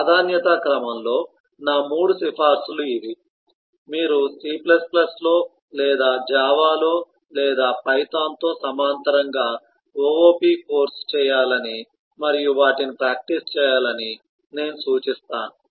ప్రాధాన్యత క్రమంలో నా 3 సిఫార్సులు ఇవి మీరు C లో లేదా Java లో లేదా Python తో సమాంతరంగా OOP కోర్సు చేయాలని మరియు వాటిని ప్రాక్టీస్ చేయాలని నేను సూచిస్తాను